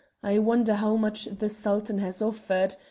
i wonder how much the sultan has offered.